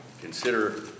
consider